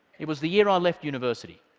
it was the year i left university.